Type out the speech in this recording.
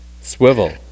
swivel